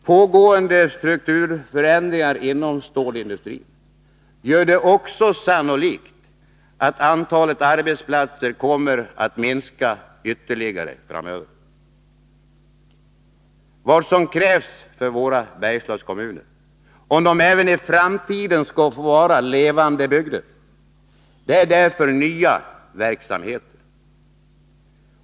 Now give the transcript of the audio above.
Pågående strukturförändringar inom stålindustrin gör det också sannolikt att antalet arbetsplatser kommer att minska ytterligare framöver. Vad som krävs för våra Bergslagskommuner, om de även i framtiden skall få vara levande bygder, är därför nya verksamheter.